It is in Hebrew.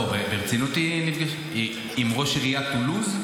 לא, ברצינות היא נפגשה עם ראש עיריית טולוז?